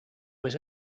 was